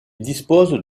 dispose